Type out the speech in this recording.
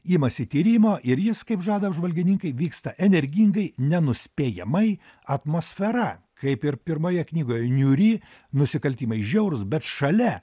imasi tyrimo ir jis kaip žada apžvalgininkai vyksta energingai nenuspėjamai atmosfera kaip ir pirmoje knygoje niūri nusikaltimai žiaurūs bet šalia